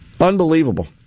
Unbelievable